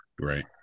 Right